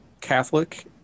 Catholic